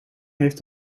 heeft